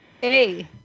Hey